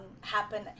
happen